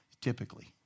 typically